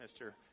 Mr